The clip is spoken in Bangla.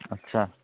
আচ্ছা